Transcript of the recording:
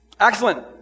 Excellent